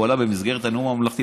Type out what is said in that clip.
הוא עלה במסגרת הנאום הממלכתי.